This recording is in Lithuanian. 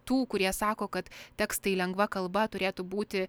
tų kurie sako kad tekstai lengva kalba turėtų būti